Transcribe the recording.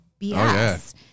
BS